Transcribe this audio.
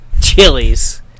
chilies